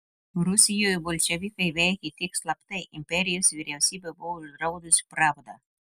rusijoje bolševikai veikė tik slaptai imperijos vyriausybė buvo uždraudusi pravdą